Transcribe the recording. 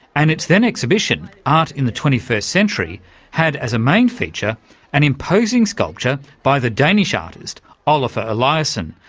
and its then exhibition art in the twenty first century had as a main feature an imposing sculpture by the danish ah artist olafur eliasson,